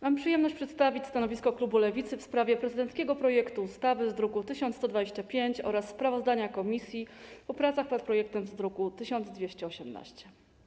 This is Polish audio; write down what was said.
Mam przyjemność przedstawić stanowisko klubu Lewicy w sprawie prezydenckiego projektu ustawy z druku nr 1125 oraz sprawozdania komisji o pracach nad projektem z druku nr 1218.